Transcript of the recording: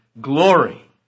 glory